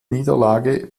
niederlage